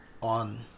on